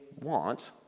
want